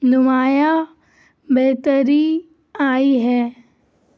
نمایاں بہتری آئی ہے